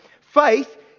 Faith